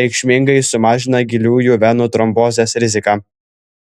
reikšmingai sumažina giliųjų venų trombozės riziką